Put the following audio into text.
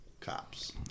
cops